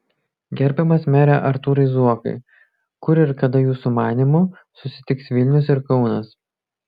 gerbiamas mere artūrai zuokai kur ir kada jūsų manymu susitiks vilnius ir kaunas